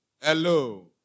Hello